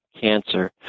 cancer